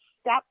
step